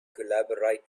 collaborate